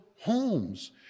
homes